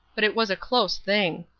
but it was a close thing.